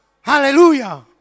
Hallelujah